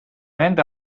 nende